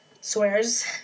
swears